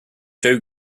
joe